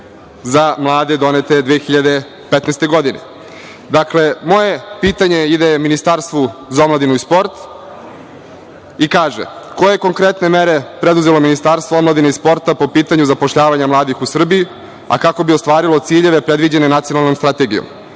za mlade, donete 2015. godine. Dakle, moje pitanje ide Ministarstvu za omladinu i sport, i kaže - koje konkretne je mere preduzelo Ministarstvo omladine i sporta po pitanju zapošljavanja mladih u Srbiji, a kako bi ostvarilo ciljeve predviđene Nacionalnom strategijom?